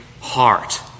heart